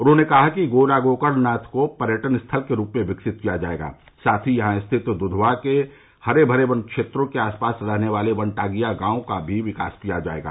उन्होंने कहा कि गोला गोकर्ण नाथ को पर्यटन स्थल के रूप में विकसित किया जायेगा साथ ही यहां स्थित दुधवा के हरे भरे वन क्षेत्रों के आस पास रहने वाले वनटांगियां गांव का भी विकास जायेगा